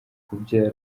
kubyara